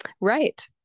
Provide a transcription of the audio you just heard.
right